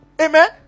Amen